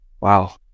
Wow